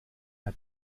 hat